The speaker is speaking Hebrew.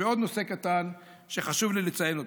ועוד נושא קטן שחשוב לי לציין.